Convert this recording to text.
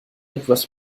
etwas